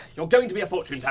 you're going to be a fortune yeah